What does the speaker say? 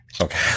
Okay